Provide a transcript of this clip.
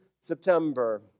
September